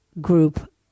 group